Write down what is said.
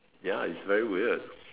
ya is very weird